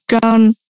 gun